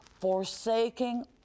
forsaking